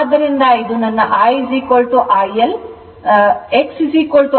ಆದ್ದರಿಂದ ಇದು ನನ್ನ x IL cos 36